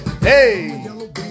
Hey